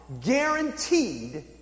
guaranteed